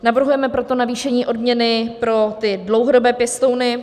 Navrhujeme proto navýšení odměny pro dlouhodobé pěstouny.